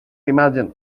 imagine